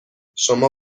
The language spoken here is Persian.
شما